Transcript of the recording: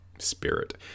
spirit